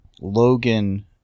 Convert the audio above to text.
logan